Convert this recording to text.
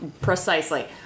precisely